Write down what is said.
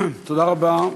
תודה רבה.